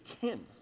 kin